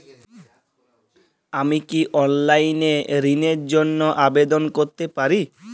আমি কি অনলাইন এ ঋণ র জন্য আবেদন করতে পারি?